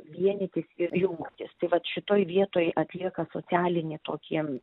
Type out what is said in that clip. vienytis ir jungtis tai vat šitoj vietoj atlieka socialinį tokį